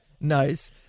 nice